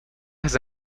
has